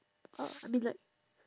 uh I mean like